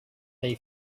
they